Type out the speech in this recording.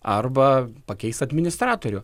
arba pakeist administratorių